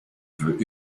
veut